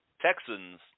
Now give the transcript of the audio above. Texans